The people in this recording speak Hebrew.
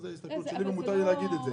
זו ההסתכלות שלי, ומותר לי להגיד את זה.